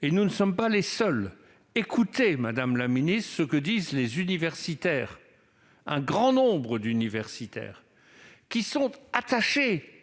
et nous ne sommes pas les seuls. Écoutez, madame la ministre, ce que disent un grand nombre d'universitaires attachés